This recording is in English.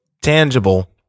tangible